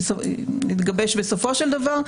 שיתגבש בסופו של דבר,